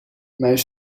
mijn